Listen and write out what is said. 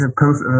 post